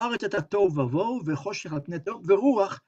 הארץ היתה תוהו ובוהו וחושך על פני תהום ורוח.